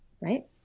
Right